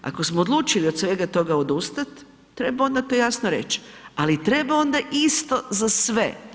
Ako smo odlučili od svega toga odustati, treba onda to jasno reći, ali treba onda isto za sve.